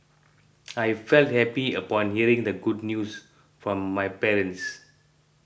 I felt happy upon hearing the good news from my parents